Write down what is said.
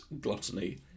gluttony